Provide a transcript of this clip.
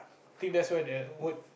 think there's where the word